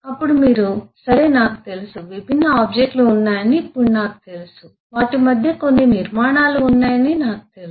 అప్పుడు మీరు సరే నాకు తెలుసు విభిన్న ఆబ్జెక్ట్ లు ఉన్నాయని ఇప్పుడు నాకు తెలుసు వాటి మధ్య కొన్ని నిర్మాణాలు ఉన్నాయని నాకు తెలుసు